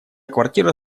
квартира